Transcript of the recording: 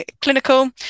clinical